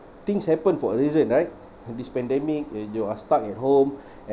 things happen for a reason right from this pandemic and you are stuck at home